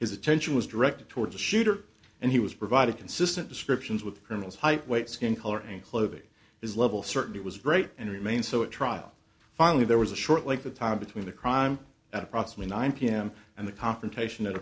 his attention was directed toward the shooter and he was provided consistent descriptions with the colonel's height weight skin color and clothing his level certainly was great and remained so at trial finally there was a short length of time between the crime at approximately nine pm and the confrontation at